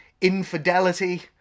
infidelity